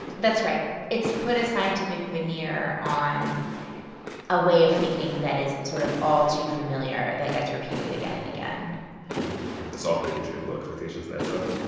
that's right. it's put a scientific veneer on a way of thinking that is sort of all too familiar, that gets repeated again and again the soft bigotry of low expectations that stuff?